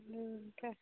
ఇంకా